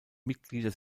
mitglieder